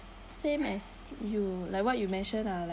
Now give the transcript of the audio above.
same as you like what you mention uh like